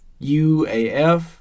UAF